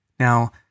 Now